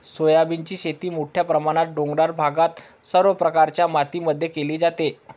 सोयाबीनची शेती मोठ्या प्रमाणात डोंगराळ भागात सर्व प्रकारच्या मातीमध्ये केली जाते